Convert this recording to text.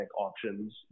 options